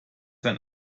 das